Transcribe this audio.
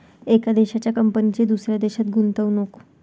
एका देशाच्या कंपनीची दुसऱ्या देशात गुंतवणूक